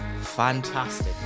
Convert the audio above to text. Fantastic